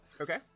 Okay